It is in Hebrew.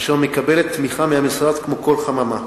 אשר מקבלת תמיכה מהמשרד, כמו כל חממה.